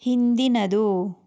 ಹಿಂದಿನದು